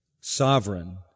sovereign